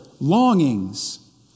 longings